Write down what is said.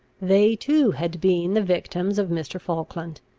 they too had been the victims of mr. falkland.